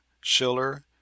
Schiller